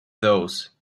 those